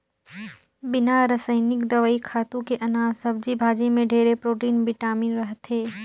बिना रसइनिक दवई, खातू के अनाज, सब्जी भाजी में ढेरे प्रोटिन, बिटामिन रहथे